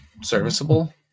serviceable